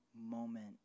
moment